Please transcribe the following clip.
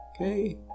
okay